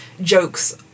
jokes